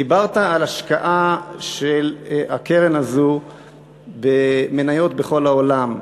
דיברת על השקעה של הקרן הזו במניות בכל העולם.